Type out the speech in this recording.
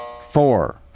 Four